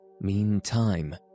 Meantime